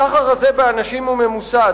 הסחר הזה באנשים הוא ממוסד,